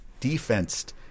defensed